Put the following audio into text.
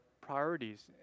priorities